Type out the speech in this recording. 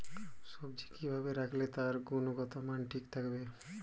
সবজি কি ভাবে রাখলে তার গুনগতমান ঠিক থাকবে?